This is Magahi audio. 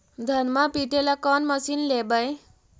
धनमा पिटेला कौन मशीन लैबै?